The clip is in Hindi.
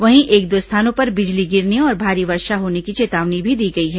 वहीं एक दो स्थानों पर बिजली गिरने और भारी वर्षा होने की चेतावनी भी दी गई है